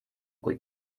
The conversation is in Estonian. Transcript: kui